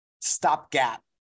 stopgap